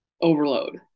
overload